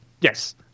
Yes